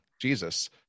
Jesus